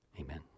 Amen